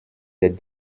des